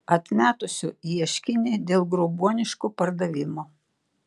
atmetusio ieškinį dėl grobuoniško pardavimo